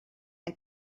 and